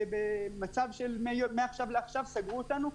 במצב של מעכשיו לעכשיו סגרו אותנו,